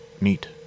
Meet